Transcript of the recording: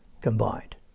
combined